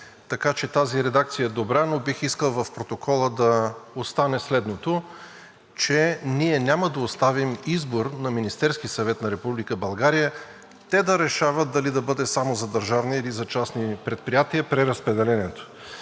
Така че тази редакция е добра, но бих искал в протокола да остане следното, че ние няма да оставим избора на Министерския съвет на Република България – те да решават дали преразпределението да бъде само за държавни или частни предприятия. Тъй като